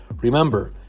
remember